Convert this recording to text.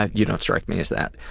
ah you don't strike me as that.